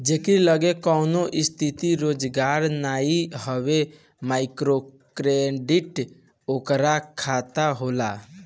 जेकरी लगे कवनो स्थिर रोजगार नाइ हवे माइक्रोक्रेडिट ओकरा खातिर होला